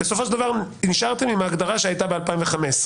בסופו של דבר, נשארתם עם ההגדרה שהיתה ב-2015.